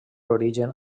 origen